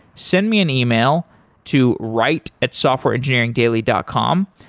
send me an email to write at softwareengineeringdaily dot com.